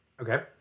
Okay